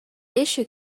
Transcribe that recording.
issue